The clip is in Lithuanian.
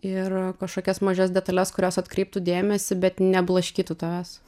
ir kažkokias mažas detales kurios atkreiptų dėmesį bet neblaškytų tavęs